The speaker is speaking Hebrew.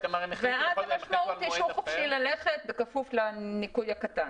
אז המשמעות היא שהוא חופשי ללכת בכפוף לניכוי הקטן.